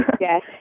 Yes